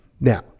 Now